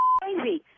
crazy